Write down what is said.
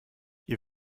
ihr